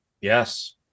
Yes